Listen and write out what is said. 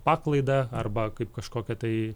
paklaidą arba kaip kažkokią tai